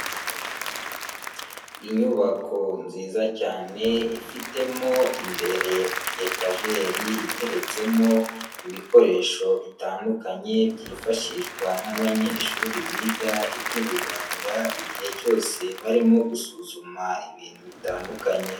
Inyubako nziza cyane ifitemo imbere etajeri, iteretsemo ibikoresho bitandukanye, byifashishwa n'abanyeshuri biga iby'ubuganga, igihe cyose barimo gusuzuma ibintu bitandukanye.